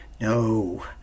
No